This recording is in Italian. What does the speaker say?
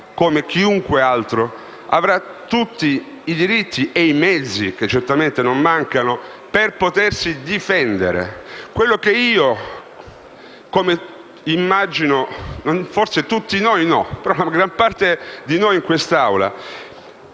come chiunque altro - avrà tutti i diritti e i mezzi (che certamente non mancano) per potersi difendere. Quello che io immagino e che forse non tutti noi, ma la gran parte di noi in quest'Aula